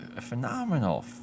Phenomenal